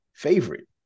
favorite